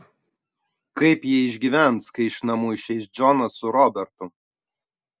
kaip ji išgyvens kai iš namų išeis džonas su robertu